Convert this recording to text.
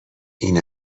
این